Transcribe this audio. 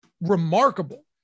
remarkable